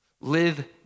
live